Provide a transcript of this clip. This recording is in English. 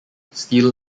steel